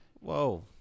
Whoa